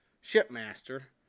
shipmaster